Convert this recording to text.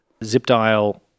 ZipDial